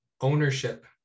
ownership